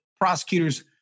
prosecutors